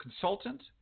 consultant